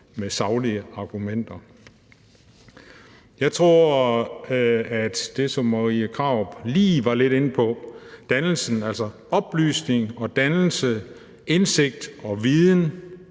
med saglige argumenter. Jeg tror, at det, som Marie Krarup lige var lidt inde på med dannelse, altså oplysning, dannelse, indsigt og viden,